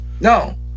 No